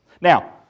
Now